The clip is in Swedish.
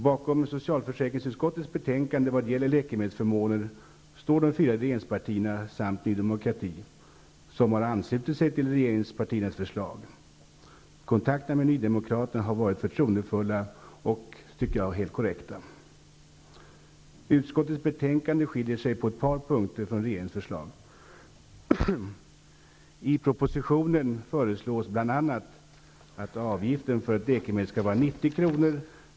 Bakom socialförsäkringsutskottets förslag i vad gäller läkemedelsförmåner står de fyra regeringspartierna och Ny demokrati, som har anslutit sig till regeringspartiernas förslag. Kontakterna med nydemokraterna har varit förtroendefulla och enligt min mening helt korrekta. Utskottets förslag skiljer sig på ett par punkter från regeringens. I propositionen föreslås bl.a. att avgiften för ett läkemedel skall vara 90 kr.